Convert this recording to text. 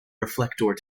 reflector